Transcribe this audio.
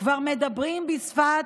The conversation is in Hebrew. כבר מדברים בשפת